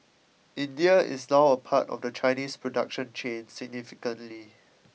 India is now a part of the Chinese production chain significantly